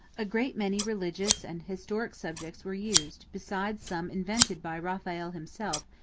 a great many religious and historic subjects were used, besides some invented by raphael himself,